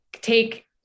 take